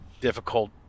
difficult